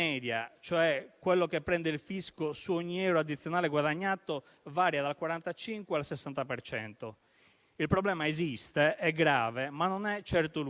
Il contribuente, il piccolo imprenditore e il professionista, che sono l'ossatura del nostro sistema economico, devono essere in grado di sapere in modo semplice e immediato,